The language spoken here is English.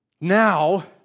Now